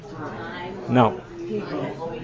No